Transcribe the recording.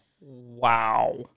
Wow